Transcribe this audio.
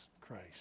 Christ